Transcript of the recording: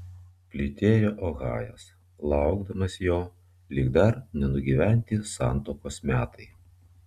plytėjo ohajas laukdamas jo lyg dar nenugyventi santuokos metai